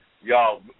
Y'all